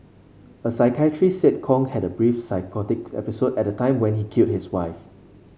a psychiatrist said Kong had a brief psychotic episode at the time when he killed his wife